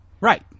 Right